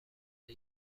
پله